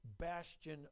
bastion